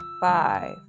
Five